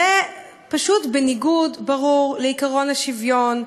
זה פשוט בניגוד ברור לעקרון השוויון,